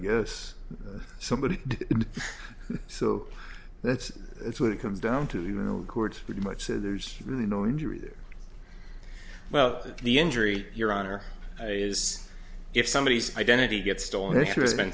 guess somebody so that's it when it comes down to you know court pretty much said there's really no injury there well the injury your honor is if somebody's identity gets